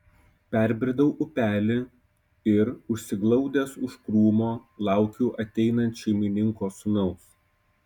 perbridau upelį ir užsiglaudęs už krūmo laukiau ateinant šeimininko sūnaus